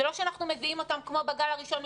זה לא שאנחנו מביאים אותם כמו בגל הראשון,